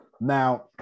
Now